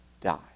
die